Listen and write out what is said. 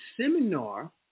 seminar –